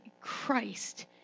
Christ